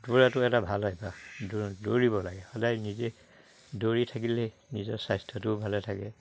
দৌৰাটো এটা ভাল অভ্যাস দৌৰিব লাগে সদায় নিজে দৌৰি থাকিলে নিজৰ স্বাস্থ্যটোও ভালে থাকে